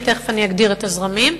ותיכף אני אגדיר את הזרמים,